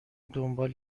دنبال